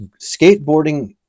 skateboarding